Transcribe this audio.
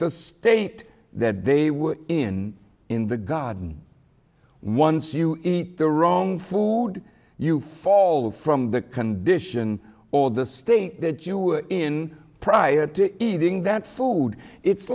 the state that they were in in the garden once you get the wrong food you fall from the condition or the state that you were in prior to eating that food it's